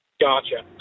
Gotcha